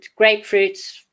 grapefruits